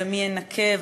מי ינקה?